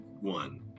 one